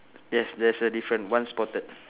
yes that's a different one spotted